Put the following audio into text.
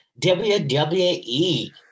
WWE